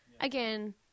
again